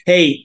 Hey